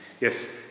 Yes